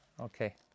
okay